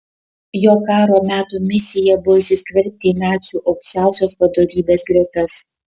jo karo metų misija buvo įsiskverbti į nacių aukščiausios vadovybės gretas